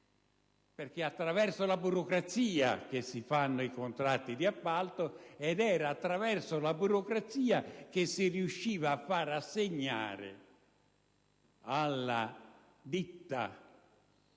era attraverso la burocrazia che si facevano i contratti di appalto, ed era attraverso la burocrazia che si riusciva a far assegnare gli